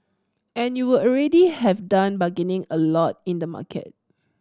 and you would already have done bargaining a lot in the market